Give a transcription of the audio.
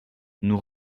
nous